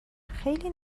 خیلی